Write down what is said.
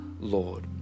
Lord